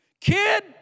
Kid